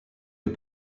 les